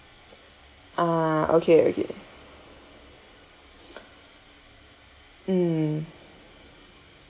ah okay okay mm